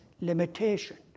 limitation